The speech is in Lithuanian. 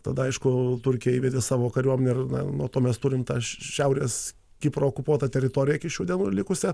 tada aišku turkija įvedė savo kariuomenę ir nuo to mes turim tą šiaurės kipro okupuotą teritoriją iki šių dienų likusią